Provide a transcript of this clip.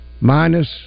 minus